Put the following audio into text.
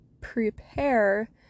prepare